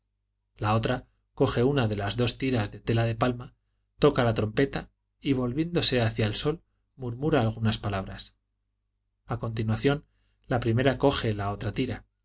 la otra coge una de las dos tiras de tela de palma toca la trompeta y volviéndose hacia el sol murmura algunas palabras a continuación la primera coge la otra tira